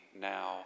now